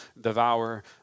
devour